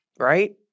Right